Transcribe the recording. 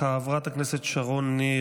חברת הכנסת שרון ניר,